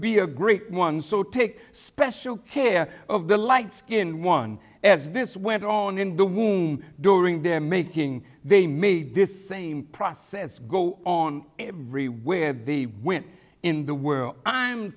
be a great one so take special care of the light skin one as this went on in the womb during the making they made this same process go on everywhere they went in the world i